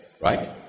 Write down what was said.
right